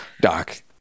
doc